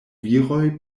viroj